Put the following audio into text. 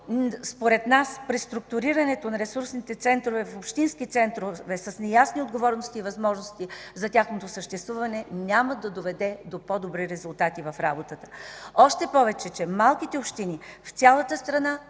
според нас преструктурирането на ресурсните центрове в общински центрове с неясни отговорности и възможности за тяхното съществуване, няма да доведе до по-добри резултати в работата. Още повече, че малките общини в цялата страна